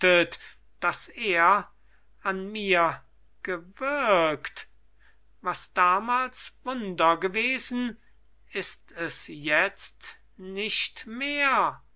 das er an mir gewirkt was damals wunder gewesen ist es jetzt nicht mehr